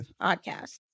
podcast